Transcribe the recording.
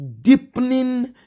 deepening